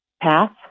path